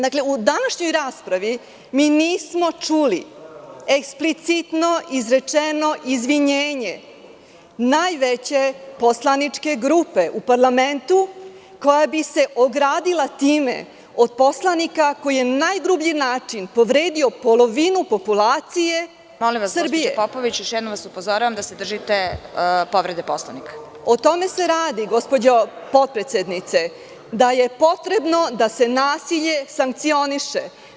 Dakle, u današnjoj raspravi mi nismo čuli eksplicitno izrečeno izvinjenje najveće poslaničke grupe u parlamentu, koja bi se ogradila time od poslanika koji je na najgrublji način povredio polovinu populacije Srbije … (Predsedavajuća: Molim vas gospođo Popović, još jednom vas upozoravam da se držite povrede Poslovnika.) O tome se radi gospođo potpredsednice da je potrebno da se nasilje sankcioniše.